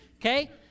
Okay